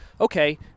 okay